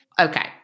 Okay